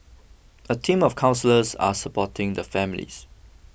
a team of counsellors are supporting the families